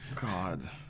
God